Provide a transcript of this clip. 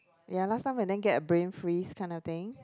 ya last time I then get a brain freeze kind of thing